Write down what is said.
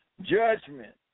Judgment